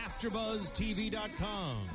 AfterBuzzTV.com